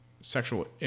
sexual